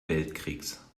weltkrieges